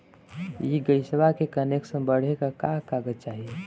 इ गइसवा के कनेक्सन बड़े का का कागज चाही?